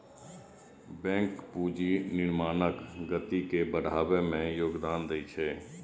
bank पूंजी निर्माणक गति के बढ़बै मे योगदान दै छै